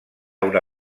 una